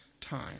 time